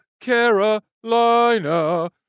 Carolina